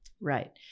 Right